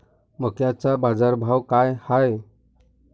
मक्याचा बाजारभाव काय हाय?